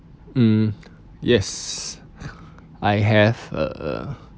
mm yes I have a